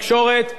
עם חברי,